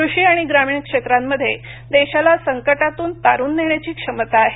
कृषी आणि ग्रामीण क्षेत्रामध्ये देशाला संकटातून तारून नेण्याची क्षमता आहे